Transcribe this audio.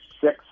six